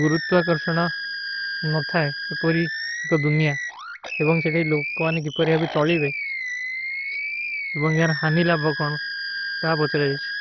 ଗୁରୁତ୍ତ୍ଵା କର୍ଷନା ନଥାଏ। ଏପରୀ ଏକ ଦୁନ୍ଯା ଦେବଂଗ ସେ ଠୀ ଲୁଗ୍ଗୋ ମାନେ ଏପରୀ ଆପେ ଚାଲୀବେ ଦେବଂଗ ଯହରୋ ହାନୀ ଅଲାଭଵ କରନା। ତଆ ପଚଲା ଜାଏଚୀ।